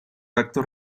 actos